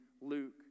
Luke